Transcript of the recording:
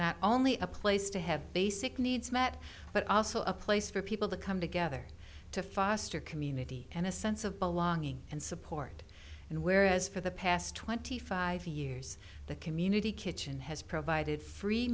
not only a place to have basic needs met but also a place for people to come together to foster community and a sense of belonging and support and whereas for the past twenty five years the community kitchen has provided free